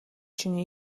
чинь